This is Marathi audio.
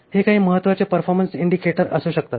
हे काही महत्त्वाचे परफॉर्मन्स इंडिकेटर असू शकतात